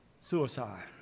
suicide